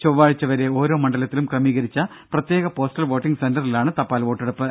ചൊവ്വാഴ്ച വരെ ഓരോ മണ്ഡലത്തിലും ക്രമീകരിച്ച പ്രത്യേക പോസ്റ്റൽ വോട്ടിങ് സെന്ററിലാണ് തപാൽ വോട്ടെടുപ്പ്